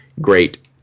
great